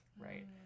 right